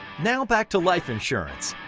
now back to life insurance.